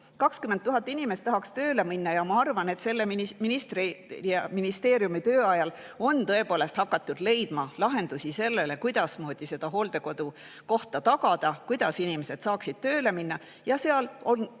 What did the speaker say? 20 000 inimest tahaks tööle minna ja ma arvan, et selle ministri ja ministeeriumi töö ajal on tõepoolest hakatud leidma lahendusi sellele, mismoodi seda hooldekodukohta tagada, kuidas inimesed saaksid tööle minna. Ja seal on